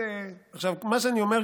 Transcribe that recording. מה שאני אומר,